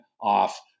off